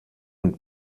und